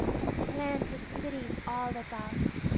and planted cities all about.